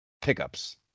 pickups